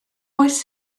oes